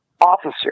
officer